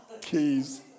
Keys